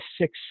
six